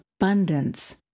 abundance